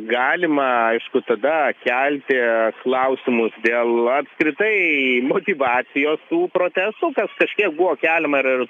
galima aišku tada kelti klausimus dėl apskritai motyvacijos tų protestų kažkiek buvo keliama ir